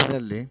ಒಟ್ಟಿನಲ್ಲಿ